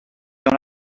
dans